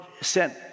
sent